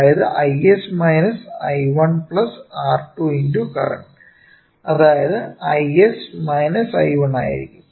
അതായത് Is I1 R2 × current അതായത് Is I1 ആയിരിക്കും